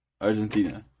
Argentina